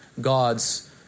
God's